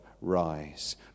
rise